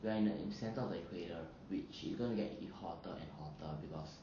we are in in the centre of the equator which it gonna get hotter and hotter because